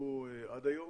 שנגבו עד היום.